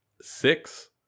Six